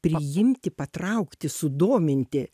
priimti patraukti sudominti